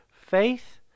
faith